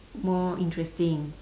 more interesting